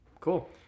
Cool